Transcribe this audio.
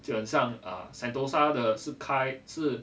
就很像 sentosa 的是开是